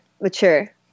mature